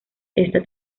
esta